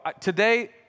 Today